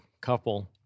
couple